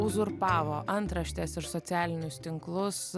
uzurpavo antraštes ir socialinius tinklus